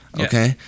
Okay